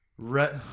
Red